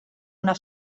una